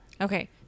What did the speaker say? Okay